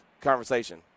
conversation